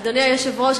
אדוני היושב-ראש,